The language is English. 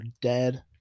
dead